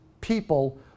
people